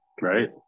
Right